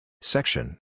Section